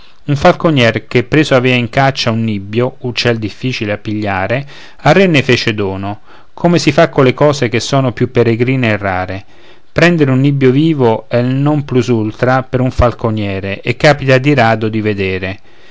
un falconier che preso aveva in caccia un nibbio uccel difficile a pigliare al re ne fece dono come si fa colle cose che sono più peregrine e rare prender un nibbio vivo è il non plus ultra per un falconiere e capita di rado di vedere